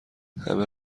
همه